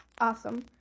awesome